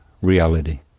reality